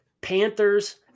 Panthers